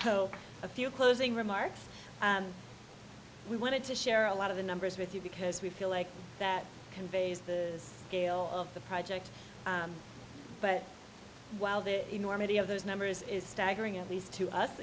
so a few closing remarks we wanted to share a lot of the numbers with you because we feel like that conveys the scale of the project but while the enormity of those numbers is staggering at least to us